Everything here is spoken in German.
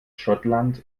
schottland